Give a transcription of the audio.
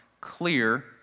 clear